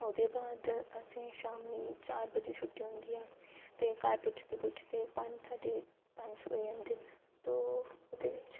ओह्दे बाद असें शामीं चार बजे छुट्टी होंदी ऐ ते घर पूज्जदे पूज्जदे शामीं पंज साढे पंज होई जन्दे न तो ओह्दे बिच